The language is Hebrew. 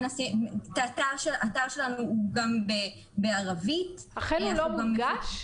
האתר שלנו הוא גם בערבית --- הוא באמת לא מונגש?